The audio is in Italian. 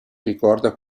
ricorda